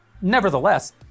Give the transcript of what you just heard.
Nevertheless